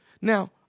Now